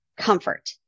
comfort